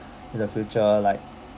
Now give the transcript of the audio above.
in the future like